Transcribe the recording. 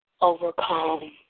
overcome